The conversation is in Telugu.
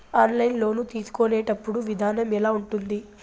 ఆన్లైన్ లోను తీసుకునేటప్పుడు విధానం ఎలా ఉంటుంది